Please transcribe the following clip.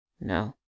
No